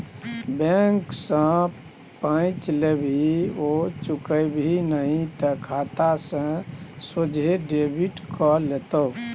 रे बैंक सँ पैंच लेबिही आ चुकेबिही नहि तए खाता सँ सोझे डेबिट कए लेतौ